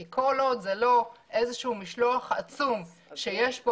כי כל עוד זה לא איזשהו משלוח עצום שיש בו